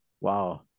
wow